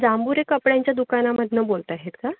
जांबुरे कपड्यांच्या दुकानामधून बोलत आहेत का